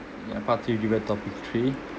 ya part three debate topic three